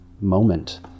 moment